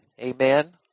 amen